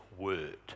word